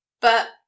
But